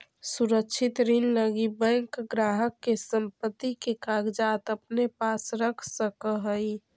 सुरक्षित ऋण लगी बैंक ग्राहक के संपत्ति के कागजात अपने पास रख सकऽ हइ